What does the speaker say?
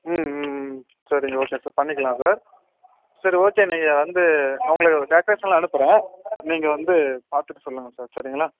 ம் ம் ம் சரிங்க ஓகே சார் பண்ணிக்கலாம் சார் சரி ஓகே நீங்கள் வந்து நான் உங்களுக்கு டெக்கரேஷன் எல்லாம் அனுப்புகிறேன் நீங்கள் வந்து பார்த்துட்டு சொல்லுங்கள் சார் சரிங்களா